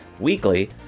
weekly